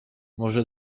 może